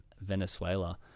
Venezuela